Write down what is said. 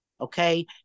Okay